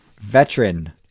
veteran